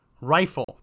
rifle